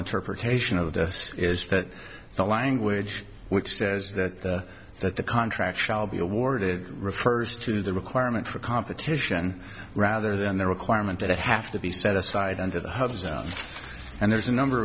interpretation of this is that the language which says that that the contract shall be awarded refers to the requirement for competition rather than the requirement that have to be set aside under the hubs and there's a number